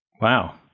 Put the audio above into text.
Wow